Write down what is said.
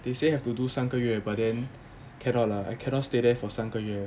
they say have to do 三个月 but then cannot lah I cannot stay there for 三个月